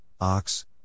ox